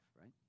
right